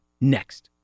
next